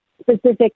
specific